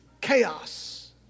chaos